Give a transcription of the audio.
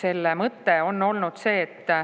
selle mõte on olnud see, et